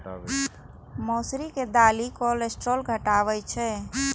मौसरी के दालि कोलेस्ट्रॉल घटाबै छै